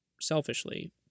selfishly